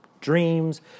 dreams